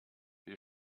you